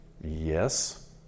Yes